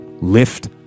Lift